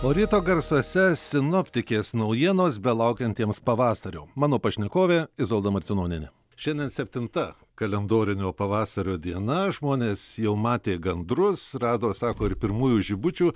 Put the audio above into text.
o ryto garsuose sinoptikės naujienos belaukiantiems pavasario mano pašnekovė izolda marcinonienė šiandien septinta kalendorinio pavasario diena žmonės jau matė gandrus rado sako ir pirmųjų žibučių